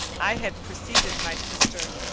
i had preceded my sister,